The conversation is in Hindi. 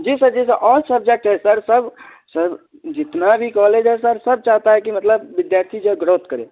जी सर जी सर ऑल सब्जेक्ट है सर सब सब जितना भी कॉलेज है सर सब चाहता है कि मतलब विद्यार्थी जो है ग्रोथ करे